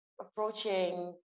approaching